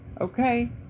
Okay